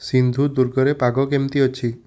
ସିନ୍ଧୁଦୁର୍ଗରେ ପାଗ କେମିତି ଅଛି